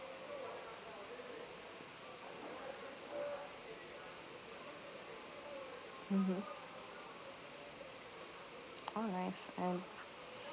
mmhmm oh nice um